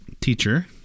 teacher